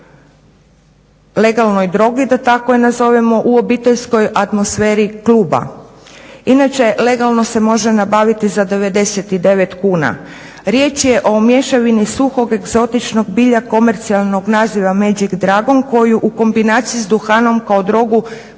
legalnoj drogi, da tako je nazovemo, u obiteljskoj atmosferi kluba. Inače, legalno se može nabaviti za 99 kuna. Riječ je o mješavini suhog egzotičnog bilja komercijalnog naziva magic dragon koju u kombinaciji s duhanom kao drogu